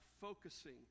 focusing